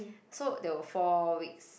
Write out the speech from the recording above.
so there were four weeks